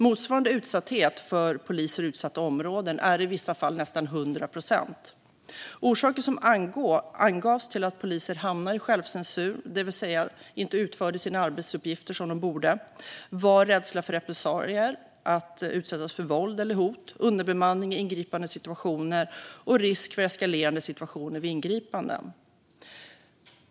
Motsvarande utsatthet för poliser i utsatta områden är i vissa fall nästan 100 procent. Orsaker som angavs till att poliser hamnat i självcensur, det vill säga inte utförde sina arbetsuppgifter som de borde, var rädsla för repressalier, risk att utsättas för våld eller hot, underbemanning i ingripande situationer och risk för eskalerande situationer vid ingripanden.